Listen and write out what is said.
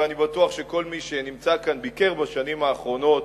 ואני בטוח שכל מי שנמצא כאן ביקר בשנים האחרונות